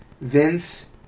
Vince